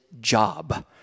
job